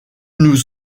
nous